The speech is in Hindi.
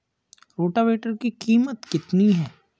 रोटावेटर की कीमत कितनी है?